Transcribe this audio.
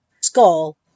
Skull